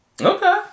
Okay